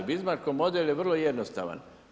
Bizmarkov model je vrlo jednostavan.